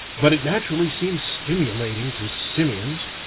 but it naturally seems stimulating to simians.